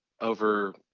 over